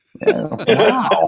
wow